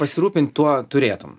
pasirūpint tuo turėtum